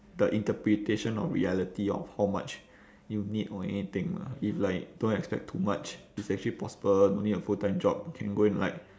the interpretation of reality of how much you need or anything lah if like don't expect too much it's actually possible no need a full time job can go and like